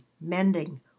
mending